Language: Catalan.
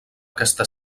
aquesta